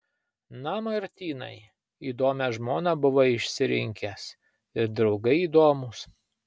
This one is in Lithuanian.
na martynai įdomią žmoną buvai išsirinkęs ir draugai įdomūs